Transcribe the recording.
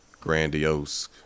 grandiose